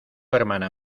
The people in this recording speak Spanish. hermana